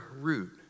root